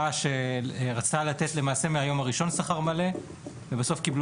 היא רצתה לתת למעשה מהיום הראשון שכר מלא ובסוף קבלו